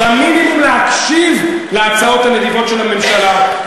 במינימום להקשיב להצעות הנדיבות של הממשלה.